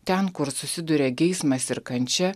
ten kur susiduria geismas ir kančia